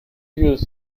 you